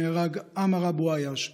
נהרג עמאר אבו עאיש,